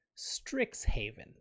Strixhaven